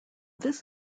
this